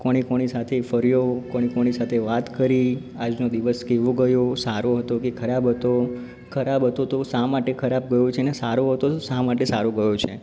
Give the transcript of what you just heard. કોની કોની સાથે ફર્યો કોની કોની સાથે વાત કરી આજનો દિવસ કેવો ગયો સારો હતો કે ખરાબ હતો ખરાબ હતો તો શા માટે ખરાબ ગયો છે અને સારો હતો તો શા માટે સારો ગયો છે